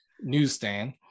newsstand